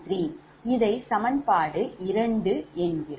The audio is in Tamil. இதை சமன்பாடு 2 என்கிறோம்